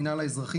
המינהל האזרחי,